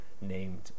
named